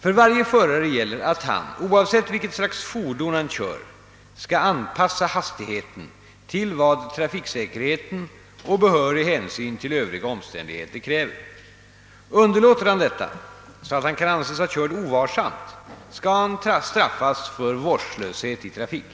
För varje förare gäller att han, oavsett vilket slags fordon han kör, skall anpassa hastigheten till vad trafiksäkerheten och behörig hänsyn till övriga omständigheter kräver. Underlåter han detta så att han kan anses ha kört ovarsamt, kan han straffas för vårdslöshet i trafik.